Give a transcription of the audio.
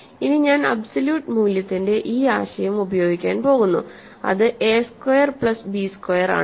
ഇനി ഞാൻ അബ്സോല്യൂട്ട് മൂല്യത്തിന്റെ ഈ ആശയം ഉപയോഗിക്കാൻ പോകുന്നു അത് a square plus b square ആണ്